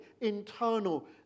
internal